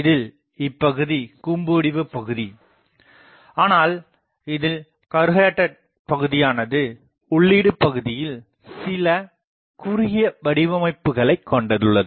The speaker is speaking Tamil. இதில் இப்பகுதி கூம்புவடிவ பகுதி ஆனால் இதில் கருகேட்டட் பகுதியானது உள்ளீடு பகுதியில் சில குறுகிய வடிவமைப்புகளைக் கொண்டுள்ளது